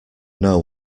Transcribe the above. know